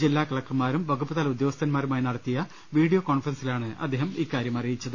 ജില്ലാ കലക്ടർമാരും വകുപ്പുതല ഉദ്യോഗസ്ഥന്മാരുമായി നട ത്തിയ വീഡിയോ കോൺഫറൻസിലാണ് അദ്ദേഹം ഇക്കാര്യം അറിയിച്ചത്